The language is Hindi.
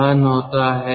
दहन होता है